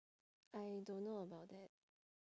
I don't know about that